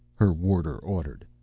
her warder ordered.